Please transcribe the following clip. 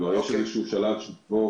כלומר, יש איזשהו שלב שבו